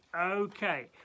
Okay